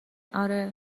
آره